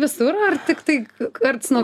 visur ar tiktai karts nuo